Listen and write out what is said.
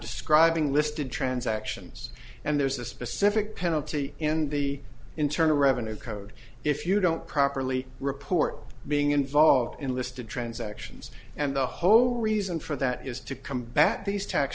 describing listed transactions and there's a specific penalty in the internal revenue code if you don't properly report being involved in listed transactions and the whole reason for that is to combat these tax